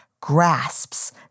grasps